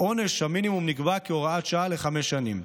עונש המינימום נקבע כהוראת שעה לחמש שנים.